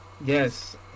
Yes